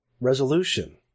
Resolution